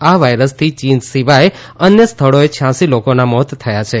આ વાઈરસથી ચીન સિવાય અન્ય સ્થળોએ છયાંસી લોકોના મોત થયા છે